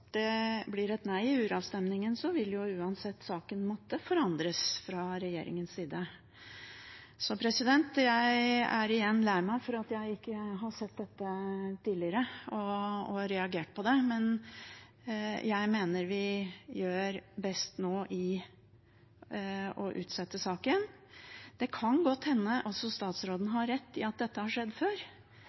uravstemningen, vil saken uansett måtte forandres fra regjeringens side. Jeg er igjen lei meg for at jeg ikke har sett dette tidligere og reagert på det, men jeg mener vi nå gjør best i å utsette saken. Det kan godt hende at statsråden har rett i at dette har skjedd før,